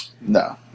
No